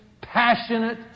passionate